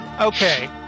Okay